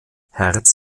herz